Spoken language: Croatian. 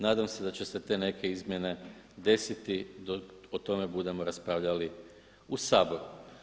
Nadam se da će se te neke izmjene desiti dok o tome budemo raspravljali u Saboru.